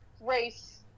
race